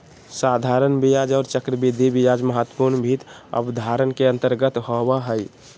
साधारण ब्याज आर चक्रवृद्धि ब्याज महत्वपूर्ण वित्त अवधारणा के अंतर्गत आबो हय